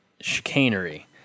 chicanery